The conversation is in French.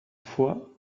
foi